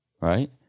right